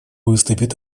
выступит